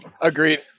Agreed